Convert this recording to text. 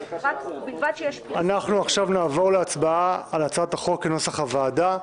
אנחנו נעבור להצבעה על הצעת החוק כנוסח הוועדה.